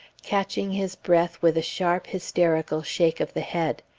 catching his breath with a sharp, hysterical shake of the head.